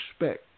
respect